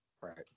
Right